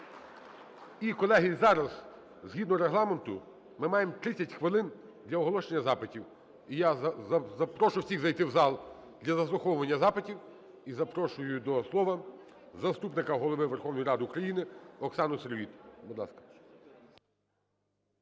І, колеги, зараз згідно Регламенту ми маємо 30 хвилин для оголошення запитів. І я запрошую всіх зайти в зал для заслуховування запитів. І запрошую до слова заступника Голови Верховної Ради України Оксану Сироїд.